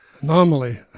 anomaly